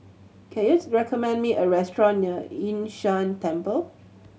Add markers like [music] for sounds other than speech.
can you [unintelligible] recommend me a restaurant near Yun Shan Temple